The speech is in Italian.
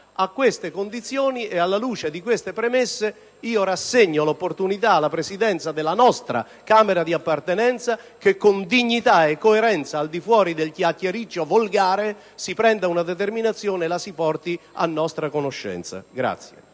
A queste condizioni e alla luce di tali premesse, rassegno l'opportunità alla Presidenza della nostra Camera, che con dignità e coerenza, al di fuori del chiacchiericcio volgare, si prenda una determinazione e la si porti a nostra conoscenza.